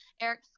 Eric